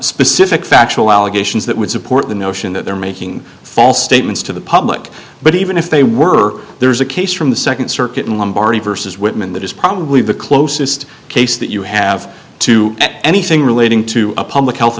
specific factual allegations that would support the notion that they're making false statements to the public but even if they were there is a case from the second circuit in lombardy versus whitman that is probably the closest case that you have to anything relating to a public health